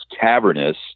cavernous